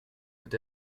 peut